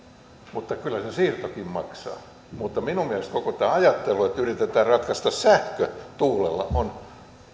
mutta kyllä se siirtokin maksaa mutta koko tämä ajattelu että yritetään ratkaista sähkö tuulella on